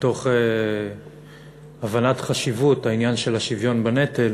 מתוך הבנת חשיבות עניין השוויון בנטל